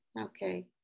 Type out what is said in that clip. Okay